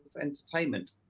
entertainment